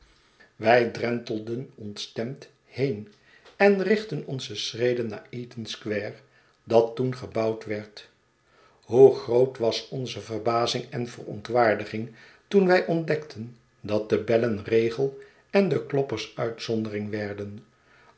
wij drentelden ontstemd heen en richtten onze schreden naar eaton square dat toen gebouwd werd hoe groot was onze verbazing en verontwaardiging toen wij ontdekten dat de bellen regel en de kloppers uitzondering werden